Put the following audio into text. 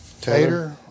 tater